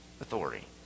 authority